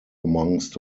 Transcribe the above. amongst